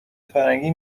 فرنگی